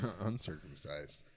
Uncircumcised